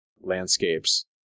landscapes